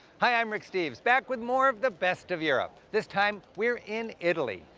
hi, i'm rick steves, back with more of the best of europe. this time, we're in italy,